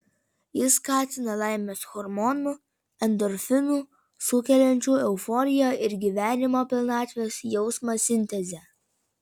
jis skatina laimės hormonų endorfinų sukeliančių euforiją ir gyvenimo pilnatvės jausmą sintezę